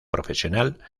profesional